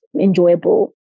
enjoyable